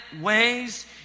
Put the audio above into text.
ways